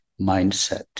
mindset